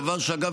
דבר שאגב,